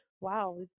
wow